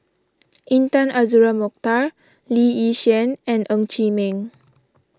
Intan Azura Mokhtar Lee Yi Shyan and Ng Chee Meng